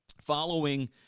following